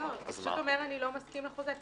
לא, פשוט אומר: אני לא מסכים לחוזה.